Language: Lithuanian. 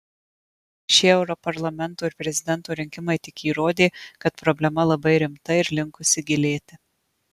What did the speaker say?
šie europarlamento ir prezidento rinkimai tik įrodė kad problema labai rimta ir linkusi gilėti